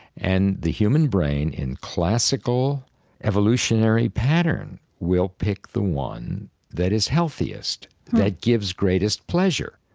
and the human brain, in classical evolutionary pattern, will pick the one that is healthiest, that gives greatest pleasure.